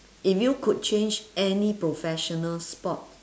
if you could change any professional spot